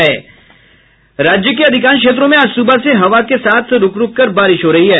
राज्य के अधिकांश क्षेत्रों में आज सुबह से हवा के साथ रूक रूक कर बारिश हो रही है